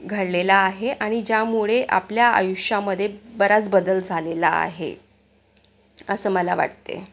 घडलेला आहे आणि ज्यामुळे आपल्या आयुष्यामध्ये बराच बदल झालेला आहे असं मला वाटते